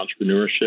entrepreneurship